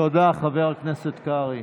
תודה, חבר הכנסת קרעי.